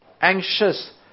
anxious